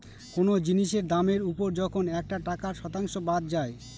কোনো জিনিসের দামের ওপর যখন একটা টাকার শতাংশ বাদ যায়